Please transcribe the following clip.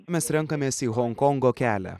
mes renkamės į honkongo kelią